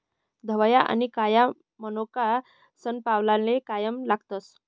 धवया आनी काया मनोका सनपावनले कायम लागतस